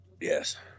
Yes